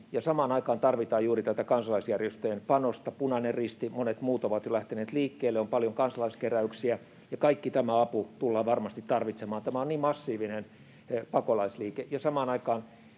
samaan aikaan tarvitaan juuri tätä kansalaisjärjestöjen panosta. Punainen Risti ja monet muut ovat jo lähteneet liikkeelle, on paljon kansalaiskeräyksiä, ja kaikki tämä apu tullaan varmasti tarvitsemaan, tämä on niin massiivinen pakolaisliike.